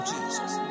Jesus